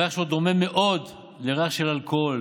הריח שלו דומה מאוד לריח של אלכוהול.